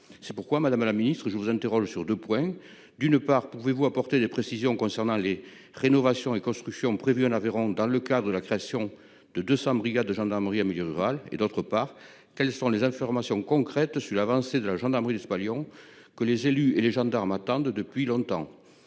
C'est pourquoi madame la ministre, je vous interroge sur 2 points. D'une part, pouvez-vous apporter des précisions concernant les rénovations et constructions prévues en Aveyron, dans le cas de la création de 200 brigades de gendarmerie en milieu rural et d'autre part quelles sont les informations concrètes sur l'avancée de la gendarmerie de Lyon. Que les élus et les gendarmes attendent depuis longtemps.